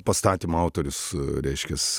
pastatymo autorius reiškias